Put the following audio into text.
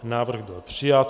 Návrh byl přijat.